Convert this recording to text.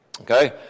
Okay